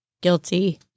Guilty